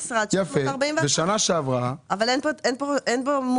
שכר דירה וניהול משרד 641,000. ושנה